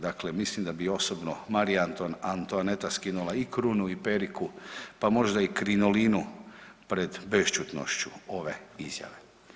Dakle, mislim da bi osobno Marija Antoaneta skinula i krunu i periku pa možda i krinolinu pred bešćutnošću ove izjave.